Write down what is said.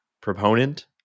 proponent